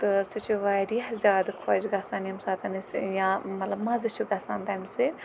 تہٕ سُہ چھُ واریاہ زیادٕ خۄش گَژھان ییمہِ ساتہٕ أسۍ یا مطلب مَزٕ چھُ گَژھان تَمہِ سۭتۍ